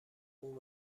اون